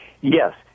Yes